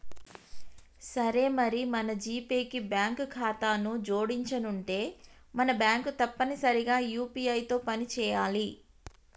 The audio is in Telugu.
సరే మరి మన జీపే కి బ్యాంకు ఖాతాను జోడించనుంటే మన బ్యాంకు తప్పనిసరిగా యూ.పీ.ఐ తో పని చేయాలి